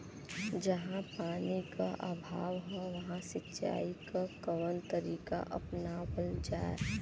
जहाँ पानी क अभाव ह वहां सिंचाई क कवन तरीका अपनावल जा?